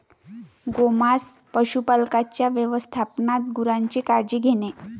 गोमांस पशुपालकांच्या व्यवस्थापनात गुरांची काळजी घेणे